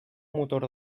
motor